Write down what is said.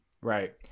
Right